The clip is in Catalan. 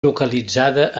localitzada